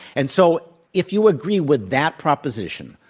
and so if you agree with that proposition